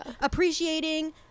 Appreciating